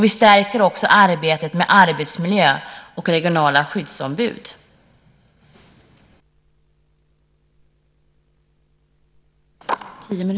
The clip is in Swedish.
Vi stärker också arbetet med arbetsmiljön och de regionala skyddsombuden.